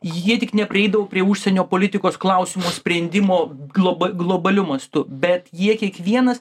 jie tik neprieidavo prie užsienio politikos klausimų sprendimo globa globaliu mastu bet jie kiekvienas